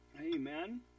amen